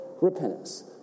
repentance